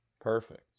Perfect